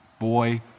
boy